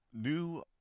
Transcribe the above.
new